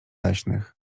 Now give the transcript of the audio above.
leśnych